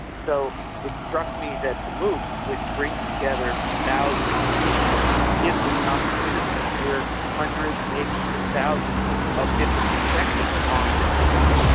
so it struck me that the mooc which brings together thousands of people gives us an opportunity to hear hundreds, maybe even thousands of different perspectives on a different poem.